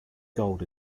gold